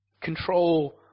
Control